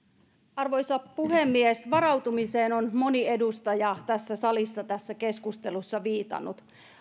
arvoisa puhemies varautumiseen on moni edustaja tässä salissa tässä keskustelussa viitannut